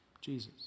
Jesus